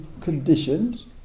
conditions